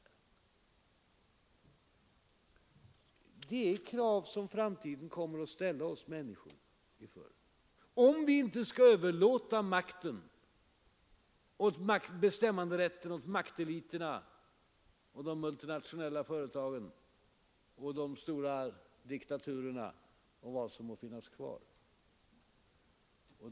Det är krav som framtiden kommer att ställa oss människor inför, om vi inte skall överlåta bestämmanderätten åt makteliterna, de multinationella företagen, de stora diktaturerna och vad som må finnas kvar.